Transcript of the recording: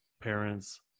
parents